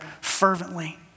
fervently